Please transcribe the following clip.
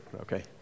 Okay